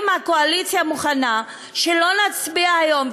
אם הקואליציה מוכנה שלא נצביע היום,